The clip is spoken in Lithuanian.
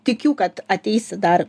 tikiu kad ateisi dar